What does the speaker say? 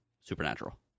supernatural